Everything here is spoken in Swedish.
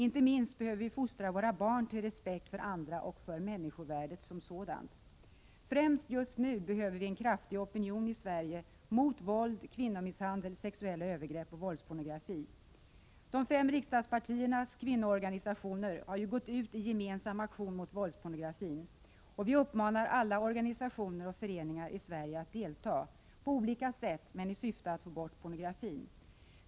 Inte minst behöver vi fostra våra barn till respekt för andra och för människovärdet som sådant. Främst behöver vi just nu en kraftig opinion i Sverige mot våld, kvinnomisshandel, sexuella övergrepp och våldspornografi. De fem riksdagspartiernas kvinnoorganisationer har gått ut i gemensam aktion mot våldspornografin. Vi uppmanar alla organisationer och föreningar i Sverige att delta — på olika sätt men i syfte att få bort pornografin.